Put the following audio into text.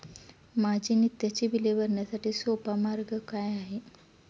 माझी नित्याची बिले भरण्यासाठी सोपा मार्ग काय आहे?